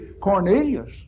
Cornelius